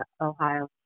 Ohio